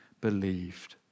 believed